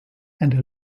and